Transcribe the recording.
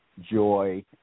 joy